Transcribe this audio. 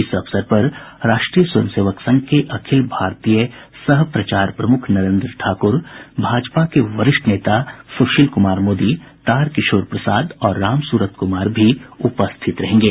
इस अवसर पर राष्ट्रीय स्वयंसेवक संघ के अखिल भारतीय सह प्रचार प्रमुख नरेन्द्र ठाकुर भाजपा के वरिष्ठ नेता सुशील कुमार मोदी तारकिशोर प्रसाद और रामसूरत कुमार भी उपस्थित रहेंगे